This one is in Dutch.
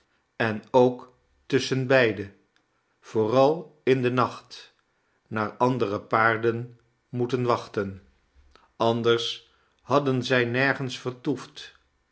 en ook tusschenbeiden vooral in den nacht naar andere paarden moeten wachten anders hadden zij nergens vertoefd